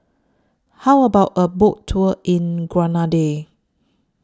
How about A Boat Tour in Grenada